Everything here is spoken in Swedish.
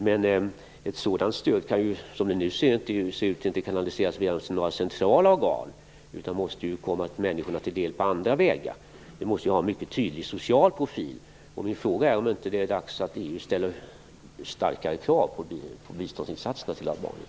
Men ett sådant stöd kan som det nu ser ut inte kanaliseras via några centrala organ, utan måste komma människorna till del via andra vägar. Det måste ha en mycket tydlig social profil. Min fråga är om det inte är dags att EU ställer starkare krav i samband med biståndsinsatserna i Albanien.